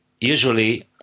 usually